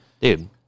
dude